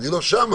אני לא שם.